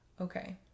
Okay